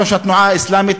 ראש התנועה האסלאמית,